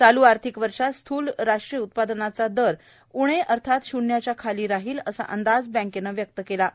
चाल् आर्थिक वर्षात स्थूल राष्ट्रीय उत्पादनाचा दर उणे अर्थात शन्न्याच्या खाली राहील असा अंदाज बँकेनं व्यक्त केला आहे